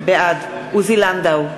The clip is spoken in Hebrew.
בעד עוזי לנדאו,